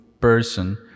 person